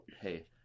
hey